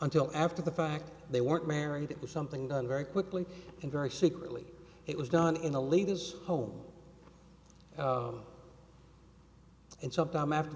until after the fact they weren't married it was something done very quickly and very secretly it was done in the leader's home and some time after